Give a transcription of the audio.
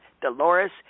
Dolores